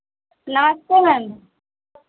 नमस्ते मैम